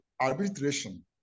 arbitration